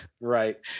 right